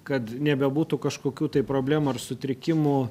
kad nebebūtų kažkokių tai problemų ar sutrikimų